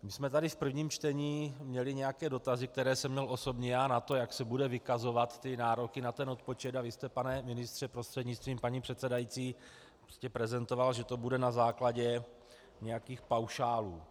My jsme tady v prvním čtení měli nějaké dotazy, které jsem měl osobně já na to, jak se budou vykazovat nároky na odpočet, a vy jste, pane ministře prostřednictvím paní předsedající, prezentoval, že to bude na základě nějakých paušálů.